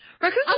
raccoon